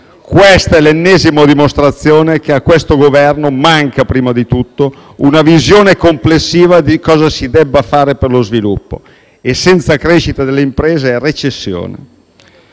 Questa è l'ennesima dimostrazione che a questo Governo manca prima di tutto una visione complessiva di cosa si debba fare per lo sviluppo. Senza crescita delle imprese è recessione.